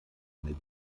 mit